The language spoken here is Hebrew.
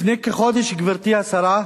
לפני כחודש, גברתי השרה,